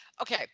okay